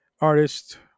artist